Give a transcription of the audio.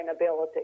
sustainability